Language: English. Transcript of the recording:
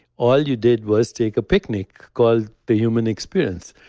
all you did was take a picnic called the human experience.